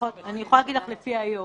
אני יכולה להגיד לך לפי מה שהיום.